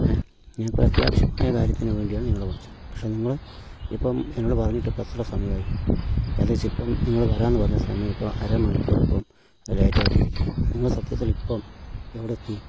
ഏഹ് ഞങ്ങൾക്ക് ഒരു അത്യാവശ്യമായ കാര്യത്തിന് വേണ്ടിയാണ് നിങ്ങളെ വിളിച്ചത് പക്ഷേ നിങ്ങള് ഇപ്പം എന്നോട് പറഞ്ഞിട്ടിപ്പം എത്ര സമയായി ഏകദേശം ഇപ്പം നിങ്ങള് വരാമെന്ന് പറഞ്ഞ സമയം ഇപ്പം അരമണിക്കൂറിപ്പം ലേറ്റ് ആയിട്ടിരിക്കുവാണ് നിങ്ങള് സത്യത്തിലിപ്പം എവിടെ എത്തി